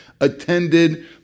attended